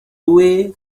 way